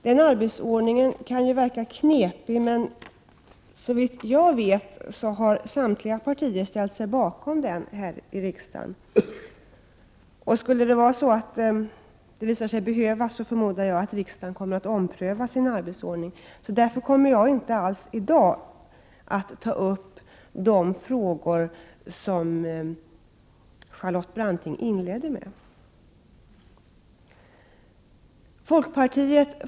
Den arbetsordningen kan verka knepig, men såvitt jag vet har samtliga partier här i riksdagen ställt sig bakom den. Jag förmodar att riksdagen omprövar sin arbetsordning om det skulle visa sig att det behövs. Därför kommer jag inte i dag att ta upp de frågor som Charlotte Branting inledde med. kr.